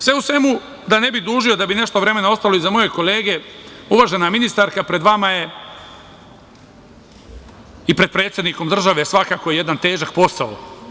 Sve u svemu, da ne bih dužio i da bi nešto vremena ostalo i za moje kolege, uvažena ministarka, pred vama i pred predsednikom države je svakako jedan težak posao.